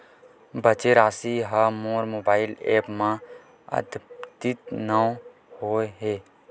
बचे राशि हा मोर मोबाइल ऐप मा आद्यतित नै होए हे